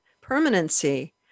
permanency